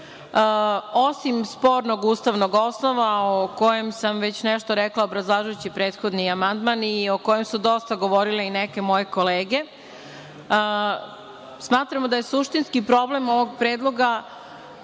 osim spornog ustavnog osnova, o kojem sam već nešto rekla obrazlažući prethodni amandman i o kome su dosta govorili neke moje kolege. Smatramo da je suštinski problem ovog predloga